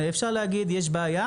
אפשר להגיד: יש בעיה,